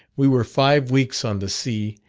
we were five weeks on the sea,